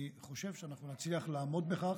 אני חושב שאנחנו נצליח לעמוד בכך,